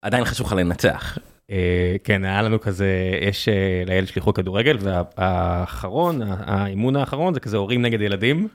עדיין חשוב לך לנצח? א.. כן היה לנו כזה יש לילד שלי חוג כדורגל, והאחרון האימון האחרון זה כזה הורים נגד ילדים.